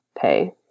pay